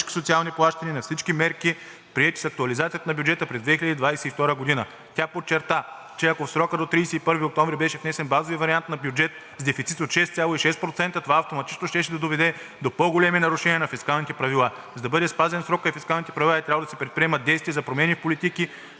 правила. За да бъде спазен срокът и фискалните правила, е трябвало да се предприемат действия за промени в политики,